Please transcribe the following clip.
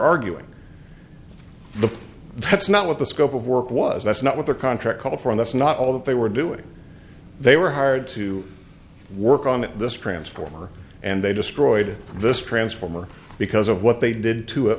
arguing the that's not what the scope of work was that's not what the contract called for that's not all that they were doing they were hired to work on this transformer and they destroyed this transformer because of what they did to